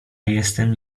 jestem